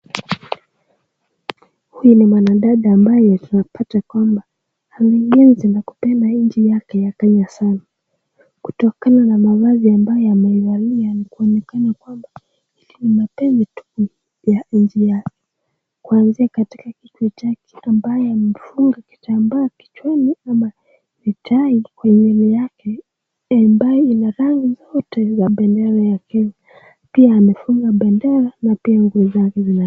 Huyu ni mwanadada ambaye tunapata kwamba ameienzi na kupenda nchi yake ya Kenya sana. Kutokana na mavazi ambayo ameyavalia ni kuonekana kwamba hii ni mapenzi tu ya nchi yake. Kuanzia katika kichwa chake ambaye amefunga kitambaa kichwani ama ni tai kwenye nywele yake ambaye ina rangi zote za bendera ya Kenya. Pia amefunga bendera na pia nguo zake zina.